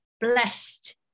blessed